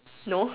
no